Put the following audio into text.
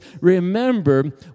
remember